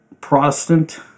Protestant